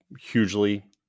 hugely